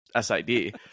sid